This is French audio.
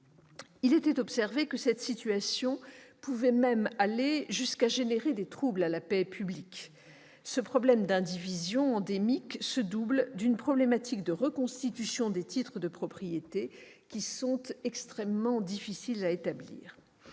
Il était observé que cette situation pouvait même aller jusqu'à engendrer des troubles à la paix publique. Ce problème d'indivision endémique se double d'une problématique de reconstitution des titres de propriété, qui sont extrêmement difficiles à établir.